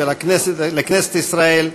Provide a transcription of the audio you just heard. ולכנסת ישראל,